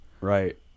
right